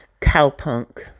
Cowpunk